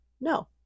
No